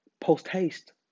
post-haste